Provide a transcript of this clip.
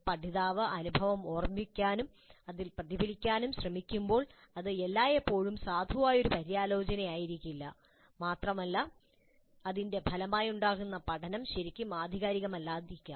പഠിതാവ് അനുഭവം ഓർമ്മിക്കാനും അതിൽ പ്രതിഫലിപ്പിക്കാനും ശ്രമിക്കുമ്പോൾ അത് എല്ലായ്പ്പോഴും സാധുവായ ഒരു പര്യാലോചനയായിരിക്കില്ല മാത്രമല്ല അതിന്റെ ഫലമായുണ്ടാകുന്ന പഠനം ശരിക്കും ആധികാരികമല്ലായിരിക്കാം